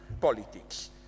politics